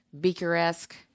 Beaker-esque